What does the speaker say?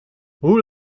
hoe